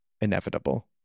inevitable